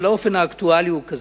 אבל האופן האקטואלי הוא כזה: